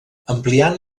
ampliant